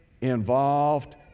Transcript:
involved